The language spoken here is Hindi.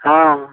हाँ